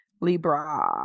libra